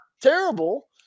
terrible